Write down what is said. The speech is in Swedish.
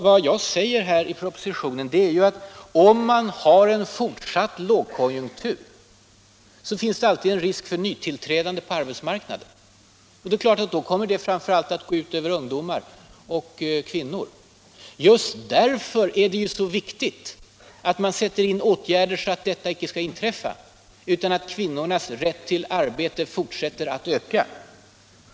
Vad jag säger i propositionen är ju att om man har en fortsatt lågkonjunktur finns det alltid risk för de nytillträdande på arbetsmarknaden, och det är klart att detta då framför allt kommer att gå ut över ungdomar och kvinnor. Just därför är det ju så viktigt att sätta in åtgärder så att detta icke skall inträffa, utan att kvinnornas rätt till arbete fortsätter att öka.